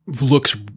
looks